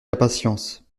impatience